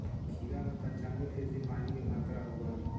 खीरा में पंचानबे फीसदी पानी के मात्रा होबो हइ